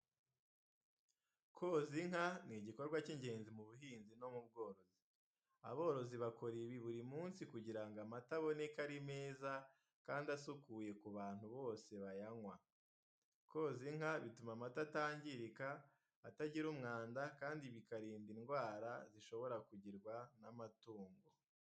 Koza inka ni igikorwa cy’ingenzi mu buhinzi no mu bworozi. Aborozi bakora ibi buri munsi kugira ngo amata aboneke ari meza kandi asukuye ku abantu bose bayanywa. Koza inka bituma amata atangirika, atagira umwanda kandi bikarinda indwara zishobora kugirwa n’amatungo.